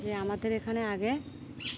যে আমাদের এখানে আগে